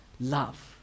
love